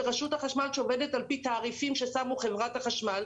ורשות החשמל שעובדת על פי תעריפים ששמו חברת החשמל,